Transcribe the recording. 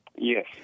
Yes